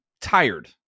tired